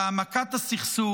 להעמקת הסכסוך,